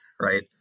right